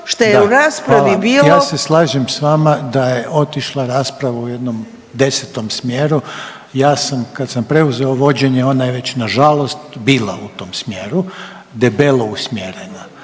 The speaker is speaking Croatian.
Da, ja se s vama slažem s vama da je otišla rasprava u jednom desetom smjeru. Ja sam kad sam preuzeo vođenje ona je već nažalost bila u tom smjeru debelo usmjerena